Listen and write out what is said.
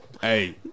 Hey